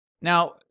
Now